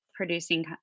producing